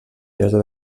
llosa